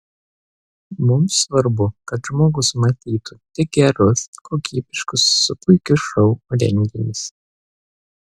mums svarbu kad žmogus matytų tik gerus kokybiškus su puikiu šou renginius